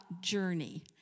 Journey